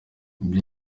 ibyo